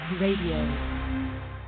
Radio